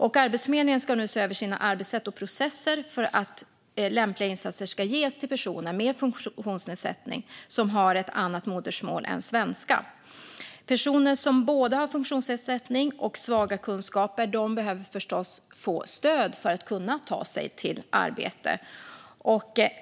Arbetsförmedlingen ska nu se över sina arbetssätt och processer för att lämpliga insatser ska ges till personer med funktionsnedsättning som har ett annat modersmål än svenska. Personer som har både funktionsnedsättning och svaga kunskaper behöver förstås få stöd för att kunna ta sig till arbete.